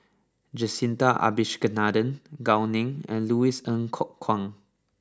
Jacintha Abisheganaden Gao Ning and Louis Ng Kok Kwang